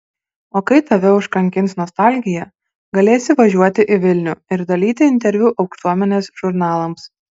o kai tave užkankins nostalgija galėsi važiuoti į vilnių ir dalyti interviu aukštuomenės žurnalams